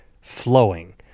flowing